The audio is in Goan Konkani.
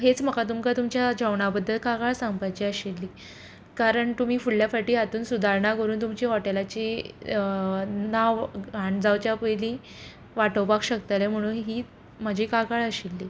हेंच म्हाका तुमकां तुमच्या जेवणा बद्दल कागाळ सांगपाची आशिल्ली कारण तुमी फुडल्या फाटीं हातून सुदारणा करून तुमच्या हॉटेलाची नांव घाण जावच्या पयलीं वांटोवपाक शकतले म्हणून ही म्हजी कागाळ आशिल्ली